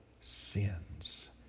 sins